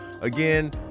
again